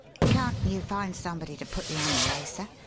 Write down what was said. can't you find somebody to put you on the lay, sir?